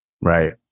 Right